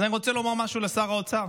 אז אני רוצה לומר משהו לשר האוצר: